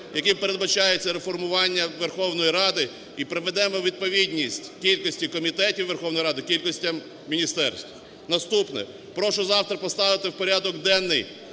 яким передбачається реформування Верховної Ради і приведемо у відповідність кількості комітетів Верховної Ради кількостям міністерств. Наступне. Прошу завтра поставити в порядок денний